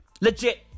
Legit